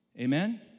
Amen